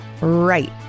Right